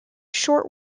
short